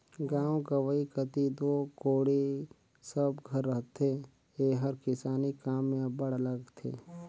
गाँव गंवई कती दो कोड़ी सब घर रहथे एहर किसानी काम मे अब्बड़ लागथे